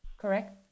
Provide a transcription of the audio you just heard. correct